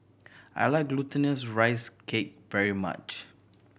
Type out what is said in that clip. I like Glutinous Rice Cake very much